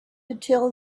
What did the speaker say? until